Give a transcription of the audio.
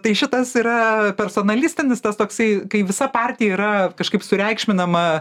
tai šitas yra personalistinis tas toksai kai visa partija yra kažkaip sureikšminama